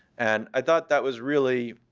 and i thought that was really